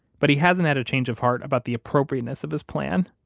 but he hasn't had a change of heart about the appropriateness of his plan.